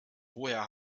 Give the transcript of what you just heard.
woher